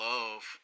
Love